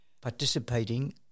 participating